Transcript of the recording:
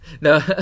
No